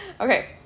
okay